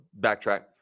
backtrack